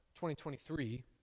2023